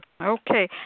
Okay